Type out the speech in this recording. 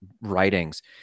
writings